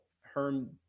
herm